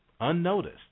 unnoticed